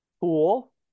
pool